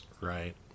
Right